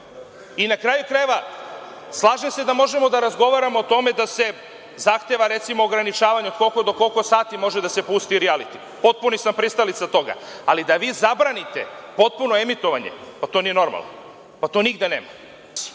Na kraju krajeva, slažem se da možemo da razgovaramo o tome da se zahteva, recimo, ograničavanje od koliko do koliko sati može da se pusti rijaliti, potpuni sam pristalica toga. Ali, da vi zabranite potpuno emitovanje, pa to nije normalno, pa to nigde nema.